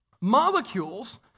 molecules